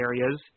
areas